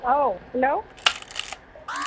औ हेल'